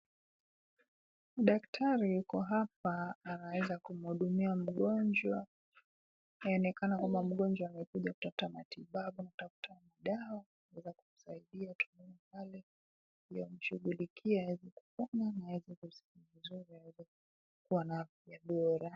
Daktari yuko hapa anaweza kumhudumia mgonjwa. Yaonekana kwamba mgonjwa amekuja kutafuta matibabu au kutafuta madawa kuweza kumsaidia. Tunaona pale ywamshughulikia aeze kupona ama aweze kusikia vizuri, aweze kukuwa na afya bora.